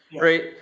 right